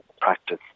practice